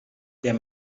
der